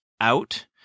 out